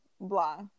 blah